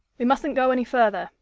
we mustn't go any further.